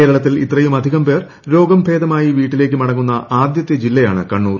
കേരളത്തിൽ ഇത്രയുമധികം പേർ രോഗം ഭേദമായി വീട്ടിലേക്ക് മടങ്ങുന്ന ആദ്യത്തെ ജില്ലയാണ് കണ്ണൂർ